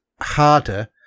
harder